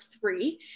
three